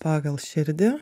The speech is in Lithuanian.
pagal širdį